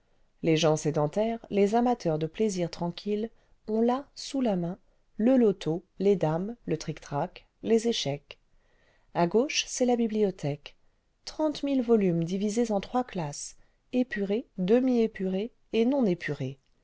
les gens sédentaires les amateurs de plaisirs tranquilles ont là sous la main le loto les dames le trictrac les échecs a gauche c'est la bibliothèque trente mille volumes divisés eu trois classes épurés clemi épurés et non épurés